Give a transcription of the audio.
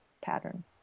pattern